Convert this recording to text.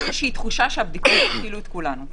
יש תחושה שהבדיקות יצילו את כולנו.